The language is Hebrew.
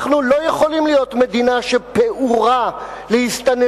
אנחנו לא יכולים להיות מדינה שפעורה להסתננות,